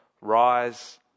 rise